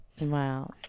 Wow